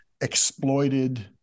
exploited